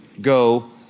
Go